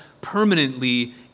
permanently